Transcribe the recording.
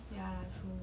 ya lah true